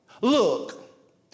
look